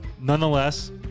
nonetheless